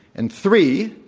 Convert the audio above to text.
and three,